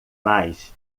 mais